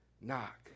knock